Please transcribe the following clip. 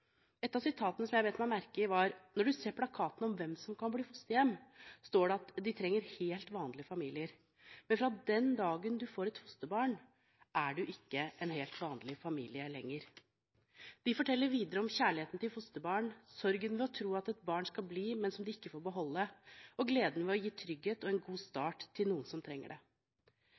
et fosterbarn, er du ikke en vanlig familie lengre.» De forteller videre om kjærligheten til fosterbarn, sorgen ved å tro at et barn skal bli, men som de ikke får beholde, og gleden ved gi trygghet og en god start til noen som trenger det.